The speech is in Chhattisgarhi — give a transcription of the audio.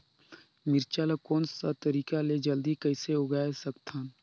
मिरचा ला कोन सा तरीका ले जल्दी कइसे उगाय सकथन?